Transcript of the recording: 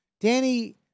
Danny